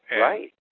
Right